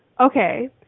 okay